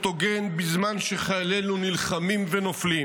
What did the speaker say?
הוגן בזמן שחיילינו נלחמים ונופלים.